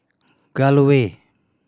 Gul Way